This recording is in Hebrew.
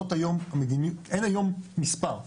אין היום מספר,